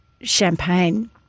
champagne